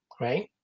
right